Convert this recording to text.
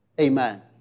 Amen